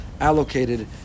allocated